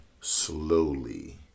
slowly